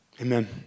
Amen